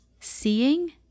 seeing